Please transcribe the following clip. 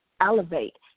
Elevate